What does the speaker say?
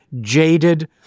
Jaded